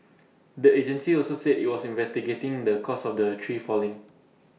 the agency also said IT was investigating the cause of the tree falling